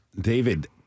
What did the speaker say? David